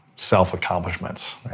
self-accomplishments